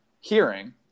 hearing